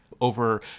over